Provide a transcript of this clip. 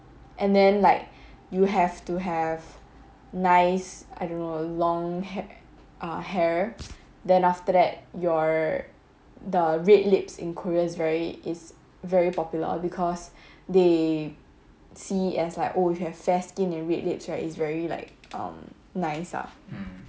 and then like you have to have nice I don't know long ha~ uh hair then after that you're the red lips in korea is very is very popular because they see it as like oh you have fair skin and red lips right is very like nice ah then after that the makeup